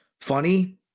funny